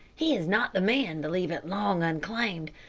he is not the man to leave it long unclaimed.